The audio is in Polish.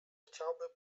chciałby